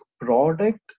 product